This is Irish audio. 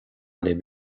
libh